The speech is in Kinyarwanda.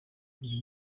ibyo